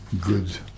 goods